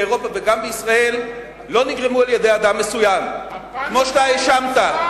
באירופה וגם בישראל לא נגרמו על-ידי אדם מסוים כמו שאתה האשמת.